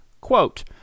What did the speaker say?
Quote